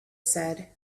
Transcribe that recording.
said